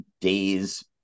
days